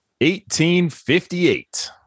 1858